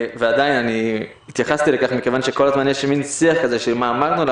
ועדיין התייחסתי לכך מכיוון שכל הזמן יש מין שיח כזה של מה אמרנו.